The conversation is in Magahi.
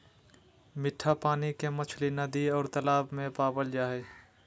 मिट्ठा पानी के मछली नदि और तालाब में पावल जा हइ